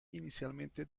inicialmente